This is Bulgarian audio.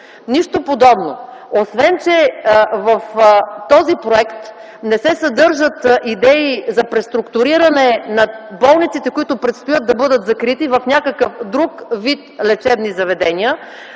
Нищо подобно! Освен, че в този проект не се съдържат идеи за преструктуриране на болниците, които предстои да бъдат закрити, в някакъв друг вид лечебни заведения,